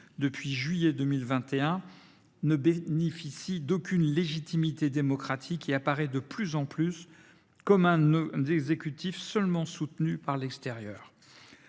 depuis juillet 2021, non élu, ne bénéficie d’aucune légitimité démocratique et apparaît de plus en plus comme un exécutif soutenu seulement par l’extérieur.